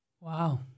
Wow